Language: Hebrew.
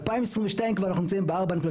ו-2022, כבר אנחנו נמצאים ב-4.62%.